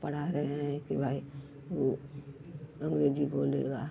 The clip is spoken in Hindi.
पढ़ा रहे हैं कि भाई वो अँग्रेजी बोलेगा